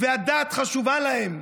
והדת חשובים להם.